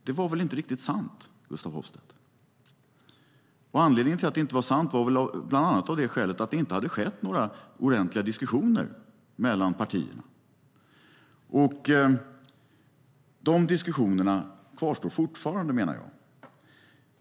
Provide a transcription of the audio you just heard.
Det var väl inte riktigt sant, Gustaf Hoffstedt? Och anledningen till att det inte var sant var bland annat att det inte hade skett några ordentliga diskussioner mellan partierna. Och de diskussionerna kvarstår fortfarande, menar jag.